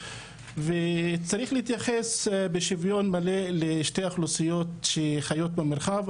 וצריך להתייחס בשוויון מלא לשתי האוכלוסיות שחיות במרחב.